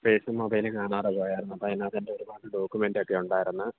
പേഴ്സും മൊബൈലും കാണാതെ പോയായിരുന്നു അപ്പം അതിനകത്ത് എൻ്റെ ഒരുപാട് ഡോക്യുമെൻ്റ് ഒക്കെ ഉണ്ടായിരുന്നു